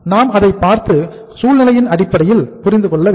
நாம் அதை பார்த்து சூழ்நிலையின் அடிப்படையில் புரிந்துகொள்ள வேண்டும்